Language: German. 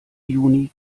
juni